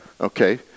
Okay